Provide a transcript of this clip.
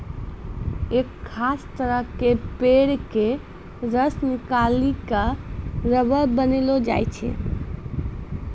एक खास तरह के पेड़ के रस निकालिकॅ रबर बनैलो जाय छै